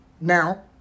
Now